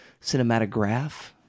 cinematograph